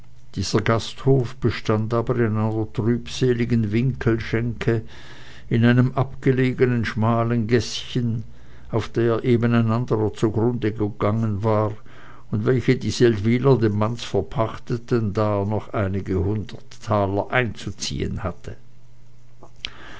dieser gasthof bestand aber in einer trübseligen winkelschenke in einem abgelegenen schmalen gäßchen auf der eben ein anderer zugrunde gegangen war und welche die seldwyler dem manz verpachteten da er noch einige hundert taler einzuziehen hatte